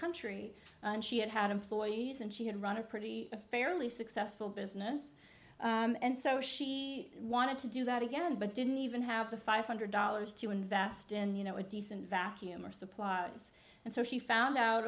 country and she had had employees and she had run a pretty fairly successful business and so she wanted to do that again but didn't even have the five hundred dollars to invest in you know a decent vacuum or supply and so she found out